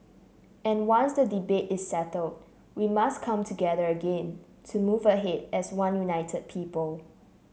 and once the debate is settled we must come together again to move ahead as one united people